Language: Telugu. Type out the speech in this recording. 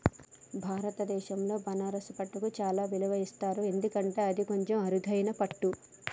భారతదేశంలో బనారస్ పట్టుకు చాలా విలువ ఇస్తారు ఎందుకంటే అది కొంచెం అరుదైన పట్టు